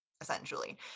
essentially